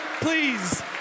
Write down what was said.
Please